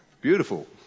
Beautiful